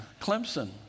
Clemson